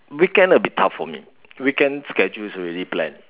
weekend a bit tough for me weekend schedule is already planned